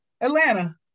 Atlanta